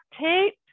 tape